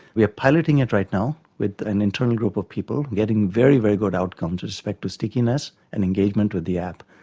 we are piloting it right now with an internal group of people, getting very, very good outcomes with respect to stickiness and engagement with the app.